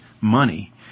money